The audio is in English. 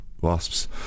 wasps